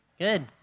Good